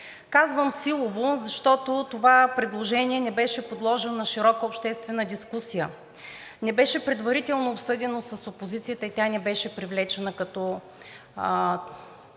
Казвам силово, защото това предложение не беше подложено на широка обществена дискусия, не беше предварително обсъдено с опозицията и тя не беше привлечена като